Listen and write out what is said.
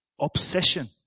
Obsession